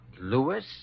Lewis